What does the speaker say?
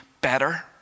better